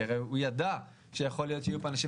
כי הוא הרי ידע שיכול להיות שיהיו פה אנשים